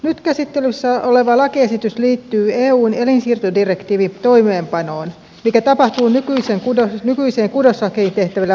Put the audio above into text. nyt käsittelyssä oleva lakiesitys liittyy eun elinsiirtodirektiivin toimenpanoon mikä tapahtuu nykyiseen kudoslakiin tehtävillä muutoksilla